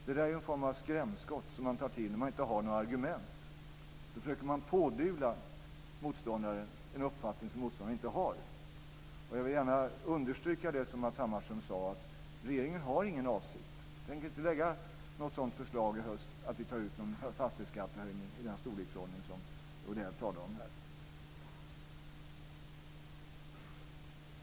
Det är en form av skrämskott som man tar till när man inte har några argument. Då försöker man pådyvla motståndaren en uppfattning som motståndaren inte har. Jag vill gärna understryka det Matz Hammarström sade. Regeringen har ingen sådan avsikt. Regeringen tänker inte lägga fram något förslag i höst om att vi tar ut en fastighetsskattehöjning i den storleksordning som Odell här talar om.